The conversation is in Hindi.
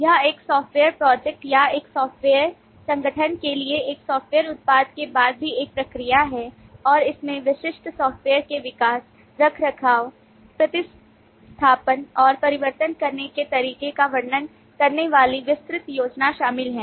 यह एक सॉफ्टवेयर प्रोजेक्ट या एक सॉफ्टवेयर संगठन के लिए एक सॉफ्टवेयर उत्पाद के बाद भी एक प्रक्रिया है और इसमें विशिष्ट सॉफ़्टवेयर के विकास रखरखाव प्रतिस्थापन और परिवर्तन करने के तरीके का वर्णन करने वाली विस्तृत योजना शामिल है